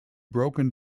broken